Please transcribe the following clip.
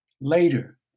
later